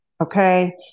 okay